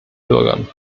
bürgern